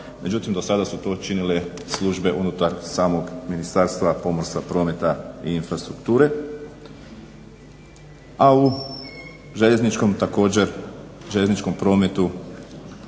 Međutim, do sada su to činile službe unutar samog Ministarstva pomorstva, prometa i infrastrukture. A u željezničkom također, željezničkom prometu